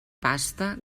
pasta